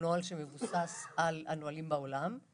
אלא מבוסס על נהלים בעולם.